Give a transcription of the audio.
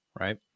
right